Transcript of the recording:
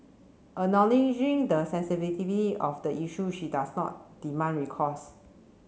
acknowledging the sensitivity of the issue she does not demand recourse